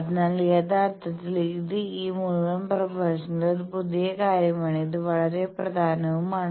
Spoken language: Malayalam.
അതിനാൽ യഥാർത്ഥത്തിൽ ഇത് ഈ മുഴുവൻ പ്രഭാഷണത്തിലെ ഒരു പുതിയ കാര്യമാണ് ഇത് വളരെ പ്രധാനവുമാണ്